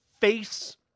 face